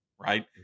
right